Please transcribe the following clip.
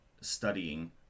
studying